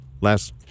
Last